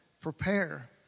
prepare